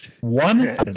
one